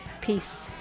Peace